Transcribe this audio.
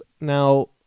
now